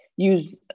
use